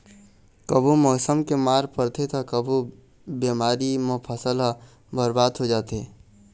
कभू मउसम के मार परथे त कभू बेमारी म फसल ह बरबाद हो जाथे